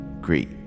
great